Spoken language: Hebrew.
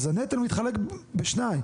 אז הנטל מתחלק בשניים.